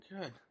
Good